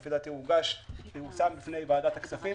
לדעתי, הוא הוגש והושם בפני בוועדת הכספים